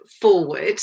forward